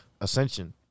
Ascension